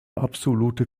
absolute